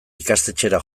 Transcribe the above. ikastetxera